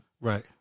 Right